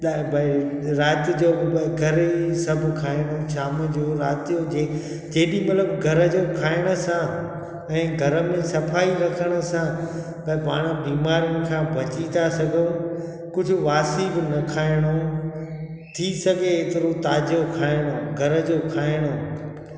या भई राति जो करे सभु खाइणो शाम जो राति हुजे जेॾीमहिल बि घर जो खाइण सा ऐं घर में सफ़ाई रखण सां भई पाण बीमारियुनि सां बची था सघूं कुझु बांसी बि न खाइणो थी सघे एतिरो ताज़ो खाइणो घर जो खाइणो